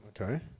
Okay